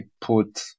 put